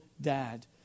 Dad